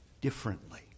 differently